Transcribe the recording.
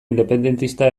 independentista